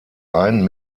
einen